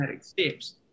steps